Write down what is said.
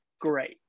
Great